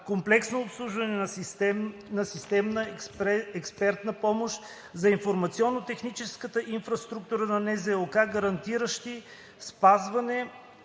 комплексно обслужване и системна експертна помощ за информационно-техническата инфраструктура на НЗОК, гарантиращи спазване